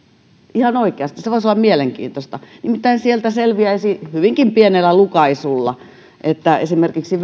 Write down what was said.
ihan oikeasti se voisi olla mielenkiintoista nimittäin sieltä selviäisi hyvinkin pienellä lukaisulla esimerkiksi